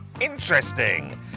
interesting